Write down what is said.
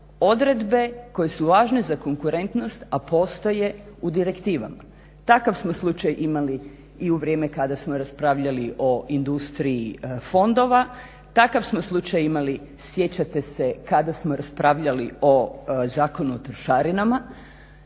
odredbe koje su važne za konkurentnost, a postoje u direktivama. Takav smo slučaj imali i u vrijeme kada smo raspravljali o industriji fondova, takav smo slučaj imali sjećate se kada smo raspravljali o Zakonu o trošarinama